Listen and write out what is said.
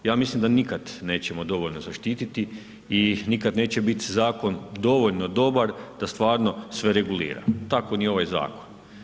Ja mislim da nikad nećemo dovoljno zaštiti i nikad neće biti zakon dovoljno dobar da stvarno sve regulira, tako ni ovaj zakon.